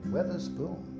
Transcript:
Weatherspoon